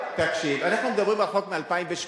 תקשיב, אנחנו מדברים על חוק מ-2008.